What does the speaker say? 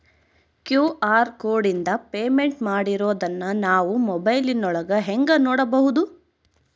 QR ಕೋಡಿಂದ payment ಮಾಡಿರೋದನ್ನ ನಾವು ಮೊಬೈಲಿನೊಳಗ ಹೆಂಗ ನೋಡಬಹುದು?